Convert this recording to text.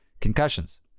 concussions